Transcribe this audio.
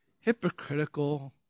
hypocritical